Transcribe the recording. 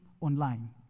online